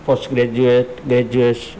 post graduate graduate